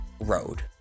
road